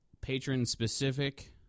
patron-specific